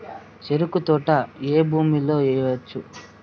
చెరుకు తోట ఏ భూమిలో వేయవచ్చు?